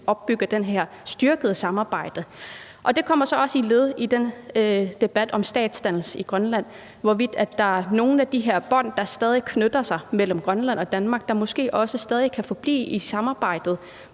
man opbygger det her styrkede samarbejde. I forbindelse med den debat om statsdannelse i Grønland kommer spørgsmålet om, hvorvidt der er nogen af de her bånd, der stadig knytter sig mellem Grønland og Danmark, der måske også stadig kan forblive i samarbejdet